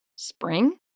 Spring